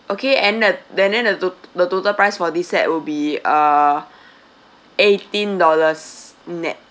okay and the then uh the to~ the total price for this set will be uh eighteen dollars nett